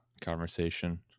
conversation